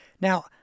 Now